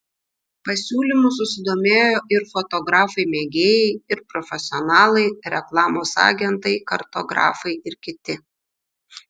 pasiūlymu susidomėjo ir fotografai mėgėjai ir profesionalai reklamos agentai kartografai ir kiti